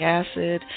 acid